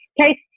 Okay